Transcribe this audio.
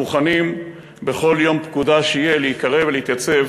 מוכנים בכל יום פקודה שיהיה להיקרא ולהתייצב